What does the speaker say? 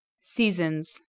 Seasons